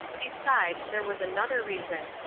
besides, there was another reason.